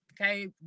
okay